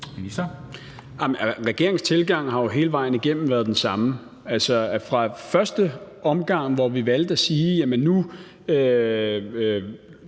Regeringens tilgang har jo hele vejen igennem været den samme. Altså, fra første omgang, hvor vi valgte at sige, at nu